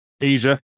Asia